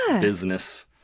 business